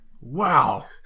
Wow